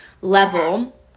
level